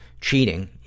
cheating